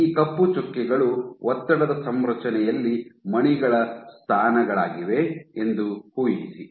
ಈ ಕಪ್ಪು ಚುಕ್ಕೆಗಳು ಒತ್ತಡದ ಸಂರಚನೆಯಲ್ಲಿ ಮಣಿಗಳ ಸ್ಥಾನಗಳಾಗಿವೆ ಎಂದು ಊಹಿಸಿ